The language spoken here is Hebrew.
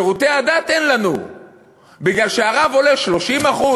שירותי דת אין לנו בגלל שהרב עולה 30%,